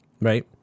Right